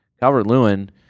Calvert-Lewin